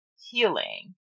healing